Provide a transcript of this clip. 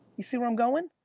you see where i'm going?